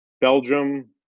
Belgium